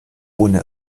ohne